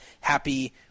happy